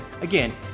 Again